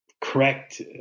correct